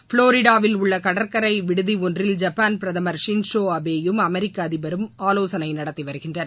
புளோரிடாவில் உள்ள கடற்கரை விடுதி ஒன்றில் ஜப்பான் பிரதமர் ஷின்சோ அபேயும் அமெரிக்க அதிபரும் ஆலோசனை நடத்தி வருகின்றனர்